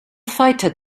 fighter